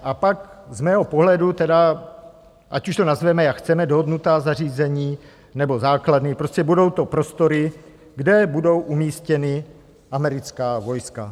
A pak z mého pohledu tedy, ať už to nazveme, jak chceme, dohodnutá zařízení nebo základny, prostě budou to prostory, kde budou umístěna americká vojska.